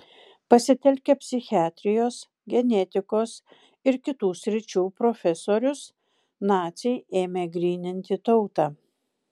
pasitelkę psichiatrijos genetikos ir kitų sričių profesorius naciai ėmė gryninti tautą